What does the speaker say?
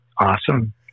awesome